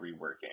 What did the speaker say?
reworking